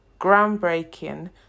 groundbreaking